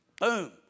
Boom